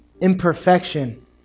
imperfection